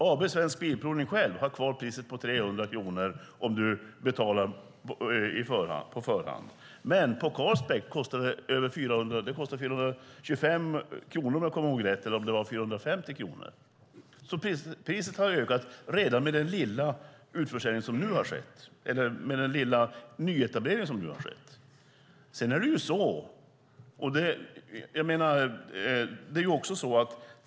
AB Svensk Bilprovning har kvar priset på 300 kronor om du betalar på förhand. Men på Carspect kostar det 450 kronor. Priset har ökat redan med den lilla utförsäljning och nyetablering som nu har skett.